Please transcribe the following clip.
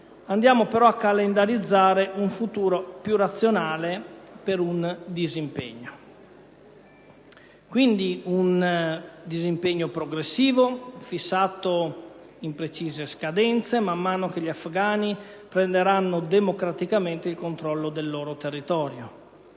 andiamo però a calendarizzare un futuro più razionale per un disimpegno. Si tratta quindi di un disimpegno progressivo, fissato in precise scadenze, man mano che gli afgani prenderanno democraticamente il controllo del loro territorio.